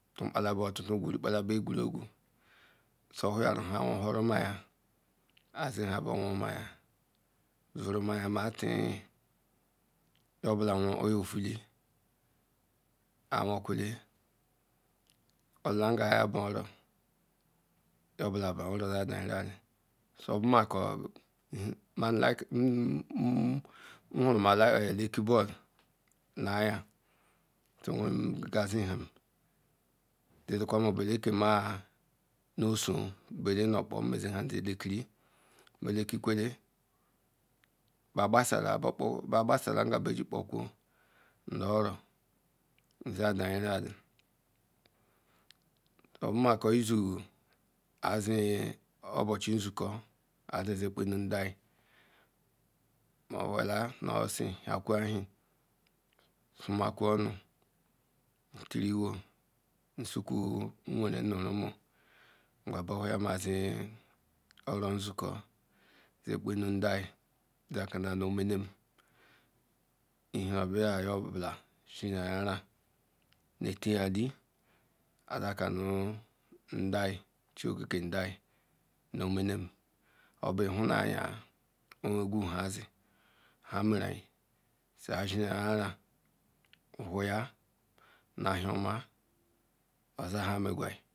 Tu ba la be otutu gu kpa label egur ogu so weyaru hon won yan avoru mayan matiyin ye obola wan or ya ovo zi awon kwele odula nga iya ba-aro yen ob olabanro oboma nlakirin alakiri ball bokpo mma jikwa mola ke ma nu so nzen ha-zen le kiri melaki kwele ba basala nga be giri bakwo nu la nga be giri bakwo nu la oro nzin denrila obomako izu obokola obochi uzuko ayeze kpa ku nela alohoya nuoro nu sisi ahankwu ahen nsu ku nwenren ma rumu babia ma zi oro uzuko zen konu adre nu me nun nu bula yin bola ne zen ayam nu gunu zily iya ca-un nelle ndie chukwuke nanem obu thu nayin azin ayunra atiya naham oma owen nhanme egua.